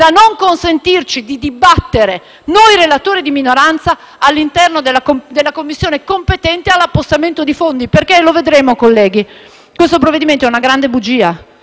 da non consentire ai relatori di minoranza di dibattere all'interno della Commissione competente sull'appostamento di fondi, perché - lo vedremo, colleghi - questo provvedimento è una grande bugia,